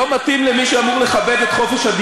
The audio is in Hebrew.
לא רוצה להוציא אותך מהאולם.